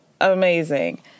amazing